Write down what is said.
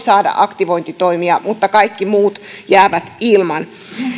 saada aktivointitoimia mutta kaikki muut jäävät ilman